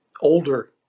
older